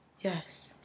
Yes